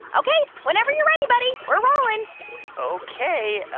ok, whenever you're ready, buddy. we're rolling ok.